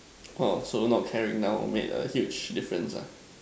orh so not caring now made a huge difference ah